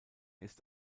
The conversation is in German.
ist